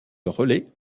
relais